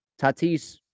Tatis